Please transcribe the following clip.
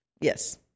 Yes